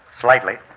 slightly